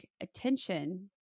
attention